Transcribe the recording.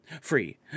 free